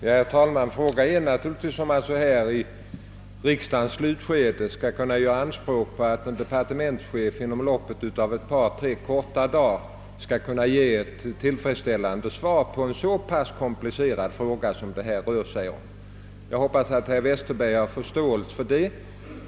Herr talman! Frågan gäller naturligtvis om man i riksdagens slutskede skall kunna göra anspråk på att en departementschef inom loppet av ett par tre dagar skall kunna ge ett tillfredsställande svar på en så pass komplicerad fråga som det här rör sig om. Jag hoppas att herr Westberg har förståelse för det.